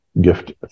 gift